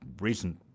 recent